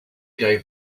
gave